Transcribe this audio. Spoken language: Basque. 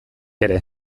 ere